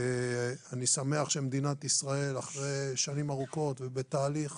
אני שמח שמדינת ישראל, אחרי שנים ארוכות, ובתהליך